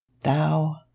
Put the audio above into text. thou